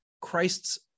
Christ's